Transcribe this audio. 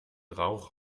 rauch